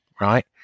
right